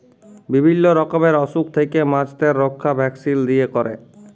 বিভিল্য রকমের অসুখ থেক্যে মাছদের রক্ষা ভ্যাকসিল দিয়ে ক্যরে